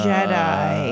Jedi